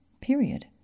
period